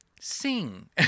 sing